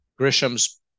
Grisham's